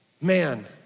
Man